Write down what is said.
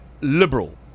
liberal